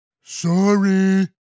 Sorry